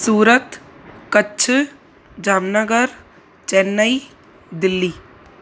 Surat Kutch Jamnagar Chennai Delhi